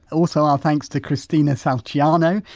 also, our thanks to kristina salceanu.